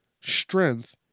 strength